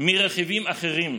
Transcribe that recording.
ברכיבים אחרים.